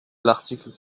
l’article